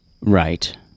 Right